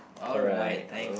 alright thanks